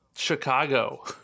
Chicago